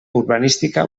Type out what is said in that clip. urbanística